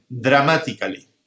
dramatically